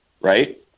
right